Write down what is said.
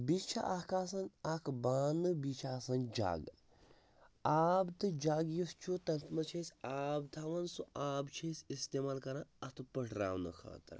بیٚیہِ چھِ اَکھ آسَن اَکھ بانہٕ بیٚیہِ چھِ آسان جگ آب تہٕ جَگ یُس چھُ تَتھ منٛز چھِ أسۍ آب تھاوَان سُہ آب چھِ أسۍ استعمال کَران اَتھٕ پٔٹھ راونہٕ خٲطرٕ